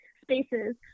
spaces